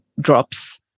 drops